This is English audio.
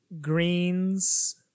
greens